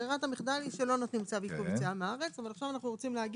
ברירת המחדל היא שלא נותנים צו עיכוב יציאה מהארץ ועכשיו אנו רוצים לומר